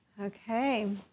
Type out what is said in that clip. Okay